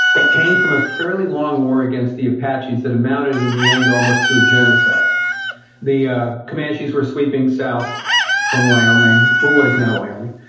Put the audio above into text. it came from a fairly long war against the apaches that amounted in the end almost to a genocide the ah comanches were sweeping south from wyoming, well, what is now wyoming,